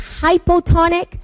hypotonic